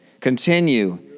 continue